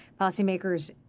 policymakers